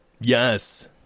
Yes